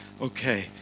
Okay